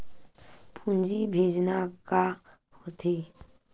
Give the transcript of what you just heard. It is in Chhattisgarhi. पूंजी भेजना का होथे?